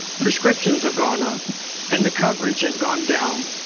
prescriptions have gone up and the coverage has gone down.